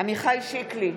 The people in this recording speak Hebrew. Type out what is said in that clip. עמיחי שיקלי,